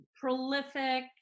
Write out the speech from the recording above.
prolific